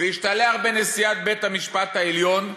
והשתלח בנשיאת בית-המשפט העליון,